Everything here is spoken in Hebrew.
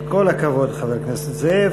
כל הכבוד לחבר הכנסת זאב.